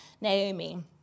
Naomi